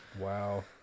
Wow